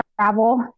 travel